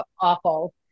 awful